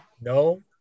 No